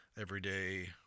everyday